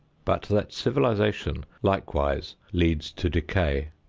but that civilization likewise leads to decay.